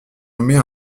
nommée